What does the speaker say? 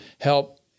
help